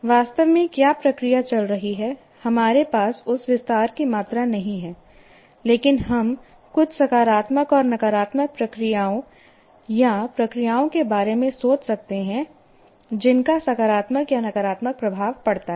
वास्तव में क्या प्रक्रिया चल रही है हमारे पास उस विस्तार की मात्रा नहीं है लेकिन हम कुछ सकारात्मक और नकारात्मक प्रक्रियाओं या प्रक्रियाओं के बारे में सोच सकते हैं जिनका सकारात्मक या नकारात्मक प्रभाव पड़ता है